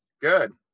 Good